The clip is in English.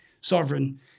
sovereign